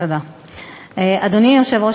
אדוני היושב-ראש,